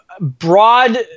broad